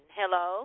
hello